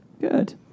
Good